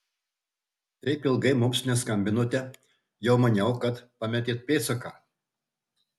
taip ilgai mums neskambinote jau maniau kad pametėt pėdsaką